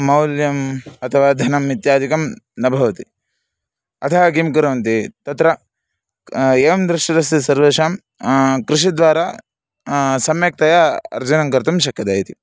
मौल्यम् अथवा धनम् इत्यादिकं न भवति अतः किं कुर्वन्ति तत्र एवं दृष्टिरस्ति सर्वेषां कृषिद्वारा सम्यक्तया अर्जनं कर्तुं शक्यते इति